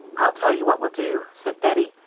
i'll tell you what we'll do, said bettie.